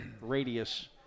radius